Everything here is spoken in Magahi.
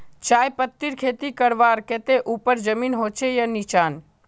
चाय पत्तीर खेती करवार केते ऊपर जमीन होचे या निचान?